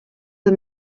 the